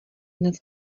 nad